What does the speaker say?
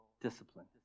discipline